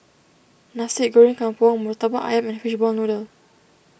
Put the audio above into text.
Nasi Goreng Kampung Murtabak Ayam and Fishball Noodle